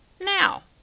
Now